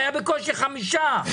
היו בקושי חמישה,